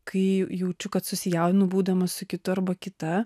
kai jaučiu kad susijaudinu būdamas su kitu arba kita